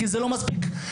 כי זה לא מספיק חשוב,